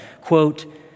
quote